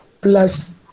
plus